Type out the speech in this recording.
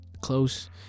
close